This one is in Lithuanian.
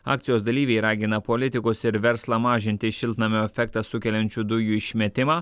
akcijos dalyviai ragina politikus ir verslą mažinti šiltnamio efektą sukeliančių dujų išmetimą